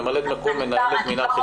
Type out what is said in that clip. ממלאת מקום מנהלת מינהל חינוך חרדי.